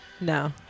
No